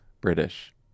British